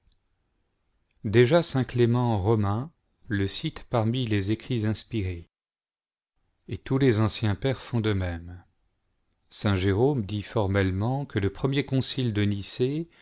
déjà saint clément romain le cite parmi les écrits inspirés et tous les anciens pères font de même saint jérôme dit formellement que le premier concile de nicée